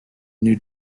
new